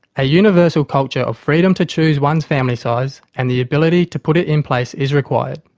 a universal culture of freedom to choose one's family size and the ability to put it in place is required.